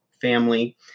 Family